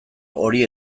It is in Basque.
hori